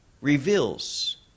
reveals